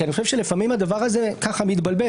כי אני חושב שהדבר הזה לפעמים מתבלבל.